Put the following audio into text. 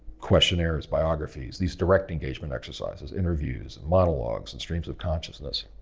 questionnaires, biographies, these direct engagement exercises, interviews, monologues and steams of consciousness.